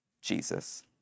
Jesus